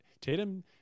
Tatum